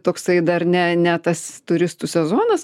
toksai dar ne ne tas turistų sezonas